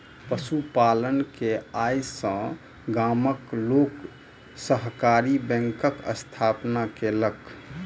पशु पालन के आय सॅ गामक लोक सहकारी बैंकक स्थापना केलक